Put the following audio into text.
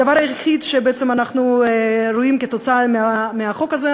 הדבר היחיד שבעצם אנחנו רואים כתוצאה מהחוק הזה,